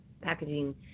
packaging